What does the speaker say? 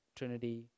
Trinity